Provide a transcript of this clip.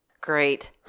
Great